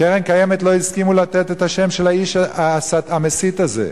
הקרן הקיימת לא הסכימו לתת את השם של האיש המסית הזה.